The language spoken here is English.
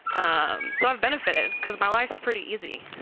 um so i've benefited because my life's pretty easy,